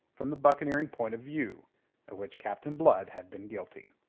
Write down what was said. from the buccaneering point of view of which captain blood had been guilty.